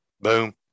boom